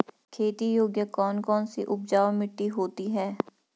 खेती योग्य कौन कौन सी उपजाऊ मिट्टी होती है?